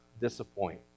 disappoint